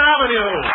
Avenue